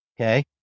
Okay